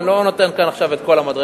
אני לא נותן כאן עכשיו את כל המדרגות.